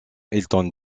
elton